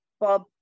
Bob